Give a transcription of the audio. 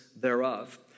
thereof